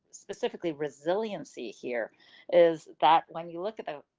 specifically resiliency here is that when you look at that.